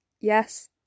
Yes